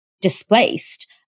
displaced